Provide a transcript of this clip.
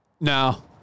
No